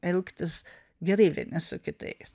elgtis gerai vieni su kitais